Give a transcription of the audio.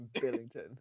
Billington